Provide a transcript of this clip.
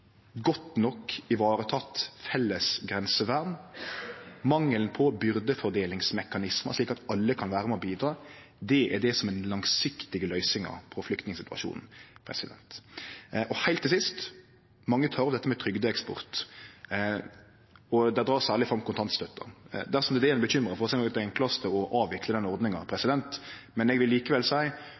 godt nok vareteke felles grensevern, mangelen på byrdefordelingsmekanismar, slik at alle kan vere med på å bidra. Det er det som er den langsiktige løysinga på flyktningsituasjonen. Heilt til sist: Mange har teke opp trygdeeksport, og dei trekkjer særleg fram kontantstøtta. Dersom det er det ein er bekymra for, er nok det enklaste å avvikle den ordninga, men eg vil likevel seie